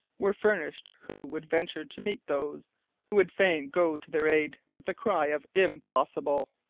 were furnished, who would venture to meet those who would fain go to their aid with the cry of impossible!